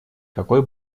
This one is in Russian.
какой